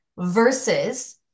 versus